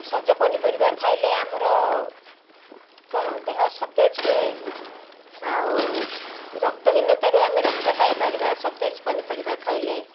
ସଜ ପନିପରିବା ଖାଇଲେ ଆମର କ'ଣ ଦେହ ସତେଜ ହୁଏ ଆଉ ରକ୍ତହୀନତାରୁ ଆମେ ରକ୍ଷା ପାଇପାରିବା ସତେଜ ପନିପରିବା ଖାଇଲେ